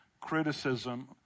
criticism